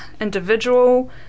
individual